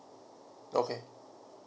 okay